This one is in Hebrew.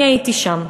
אני הייתי שם.